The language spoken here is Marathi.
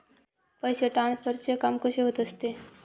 पैसे ट्रान्सफरचे काम कसे होत असते?